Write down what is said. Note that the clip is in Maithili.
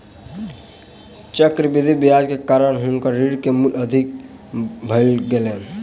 चक्रवृद्धि ब्याज के कारण हुनकर ऋण के मूल अधिक भ गेलैन